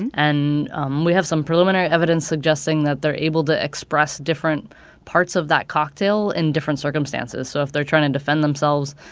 and um we have some preliminary evidence suggesting that they're able to express different parts of that cocktail in different circumstances. so if they're trying to defend themselves,